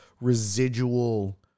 residual